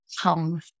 come